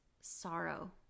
sorrow